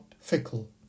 fickle